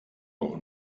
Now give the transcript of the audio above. doch